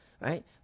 right